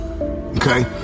Okay